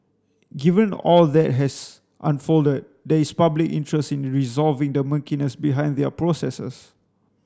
given all that has unfolded there is public interest in resolving the murkiness behind their processes